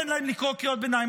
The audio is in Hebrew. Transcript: תן להם לקרוא קריאות ביניים,